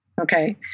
okay